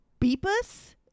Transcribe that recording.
Beepus